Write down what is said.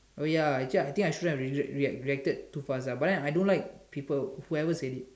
oh ya actually I think I shouldn't have re~ react reacted to fast lah but then I don't like people whoever said it